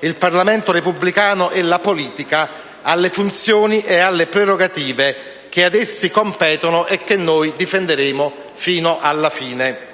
il Parlamento repubblicano e la politica alle funzioni e alle prerogative che ad essi competono e che noi difenderemo fino alla fine.